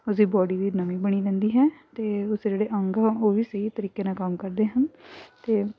ਉਸਦੀ ਬਾਡੀ ਦੀ ਨਮੀ ਬਣੀ ਰਹਿੰਦੀ ਹੈ ਅਤੇ ਉਸਦੇ ਜਿਹੜੇ ਅੰਗ ਆ ਉਹ ਵੀ ਸਹੀ ਤਰੀਕੇ ਨਾਲ ਕੰਮ ਕਰਦੇ ਹਨ ਤੇ